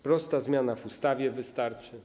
Prosta zmiana w ustawie wystarczy.